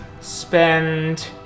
spend